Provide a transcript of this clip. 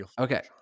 okay